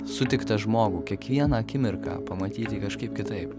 sutiktą žmogų kiekvieną akimirką pamatyti kažkaip kitaip